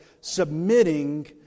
submitting